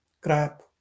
Crap